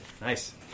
Nice